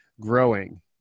growing